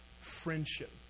Friendship